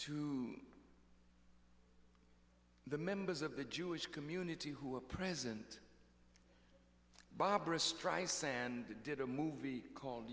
to the members of the jewish community who are present barbra streisand did a movie called